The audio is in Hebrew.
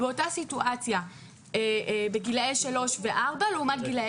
באותה סיטואציה בגילאי 3 ו-4 לעומת גילאי